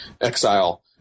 exile